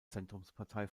zentrumspartei